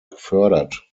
gefördert